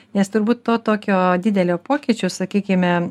nes turbūt to tokio didelio pokyčio sakykime